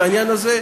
בעניין הזה,